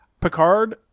picard